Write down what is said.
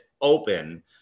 open